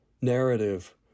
narrative